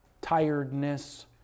tiredness